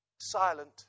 silent